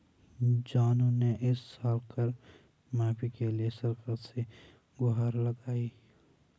जानू ने इस साल कर माफी के लिए सरकार से गुहार लगाई